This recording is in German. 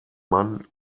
mann